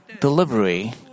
delivery